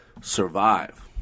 Survive